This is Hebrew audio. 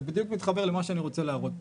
זה בדיוק מתחבר למה שאני רוצה להראות פה,